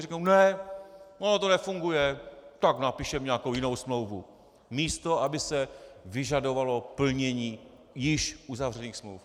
Řeknou ne, ono to nefunguje, tak napíšeme nějakou jinou smlouvu, místo aby se vyžadovalo plnění již uzavřených smluv.